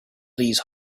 these